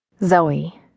Zoe